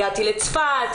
הגעתי לצפת,